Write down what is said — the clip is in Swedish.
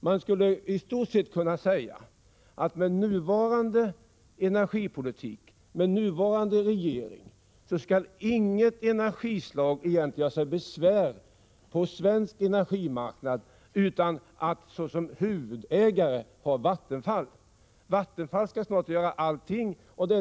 Man skulle i stort sett kunna säga att med nuvarande energipolitik och med nuvarande regering skall inget energislag egentligen göra sig besvär på svensk energimarknad om inte Vattenfall är huvudägare. Vattenfall skall snart göra allting.